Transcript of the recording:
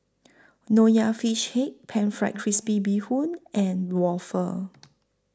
Nonya Fish Head Pan Fried Crispy Bee Hoon and Waffle